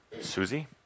Susie